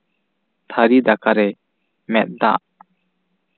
ᱛᱷᱟᱹᱨᱤ ᱫᱟᱠᱟᱨᱮ ᱢᱮᱫ ᱫᱟᱜ